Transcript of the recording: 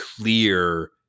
clear